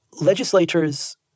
legislators